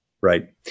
Right